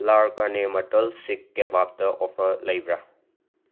ꯂꯥꯔ ꯀꯥꯔꯅꯦ ꯃꯇꯜ ꯁꯤꯛ ꯀꯦꯕꯥꯞꯇ ꯑꯣꯐꯔ ꯂꯩꯕꯔ